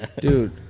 Dude